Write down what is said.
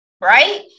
right